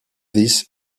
this